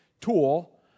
tool